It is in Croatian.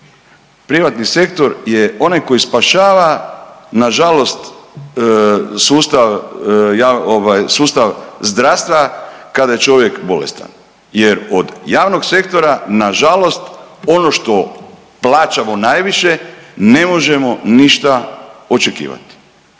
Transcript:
Privatni sektor je onaj koji spašava nažalost sustav javnog ovaj sustav zdravstva kada je čovjek bolestan jer od javnog sektora nažalost ono što plaćamo najviše ne možemo ništa očekivati.